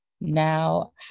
now